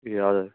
ए हजुर